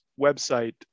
website